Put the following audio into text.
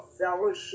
fellowship